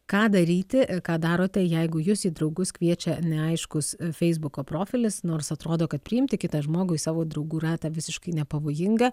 ką daryti ką darote jeigu jus į draugus kviečia neaiškus feisbuko profilis nors atrodo kad priimti kitą žmogų į savo draugų ratą visiškai nepavojinga